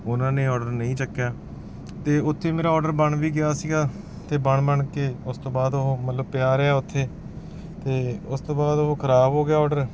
ਉਨ੍ਹਾਂ ਨੇ ਓਡਰ ਨਹੀਂ ਚੱਕਿਆ ਅਤੇ ਉੱਥੇ ਮੇਰਾ ਓਡਰ ਬਣ ਵੀ ਗਿਆ ਸੀਗਾ ਅਤੇ ਬਣ ਬਣ ਕੇ ਉਸ ਤੋਂ ਬਾਅਦ ਉਹ ਮਤਲਬ ਪਿਆ ਰਿਹਾ ਉੱਥੇ ਅਤੇ ਉਸ ਤੋਂ ਬਾਅਦ ਉਹ ਖ਼ਰਾਬ ਹੋ ਗਿਆ ਓਡਰ